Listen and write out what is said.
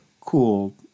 cool